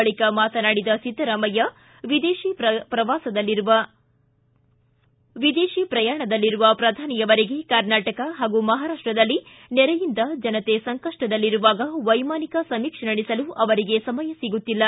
ಬಳಿಕ ಮಾತನಾಡಿದ ಸಿದ್ದರಾಮಯ್ಯ ವಿದೇಶಿ ಪ್ರಯಾಣದಲ್ಲಿರುವ ಪ್ರಧಾನಿಯವರಿಗೆ ಕರ್ನಾಟಕ ಹಾಗೂ ಮಹಾರಾಷ್ಟದಲ್ಲಿ ನೆರೆಯಿಂದ ಜನತೆ ಸಂಕಷ್ಟದಲ್ಲಿರುವಾಗ ವೈಮಾನಿಕ ಸಮೀಕ್ಷೆ ನಡೆಸಲು ಅವರಿಗೆ ಸಮಯ ಸಿಗುತ್ತಿಲ್ಲ